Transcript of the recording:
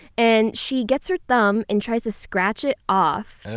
and she gets her thumb and tries to scratch it off.